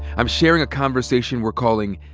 i'm sharing a conversation we're calling,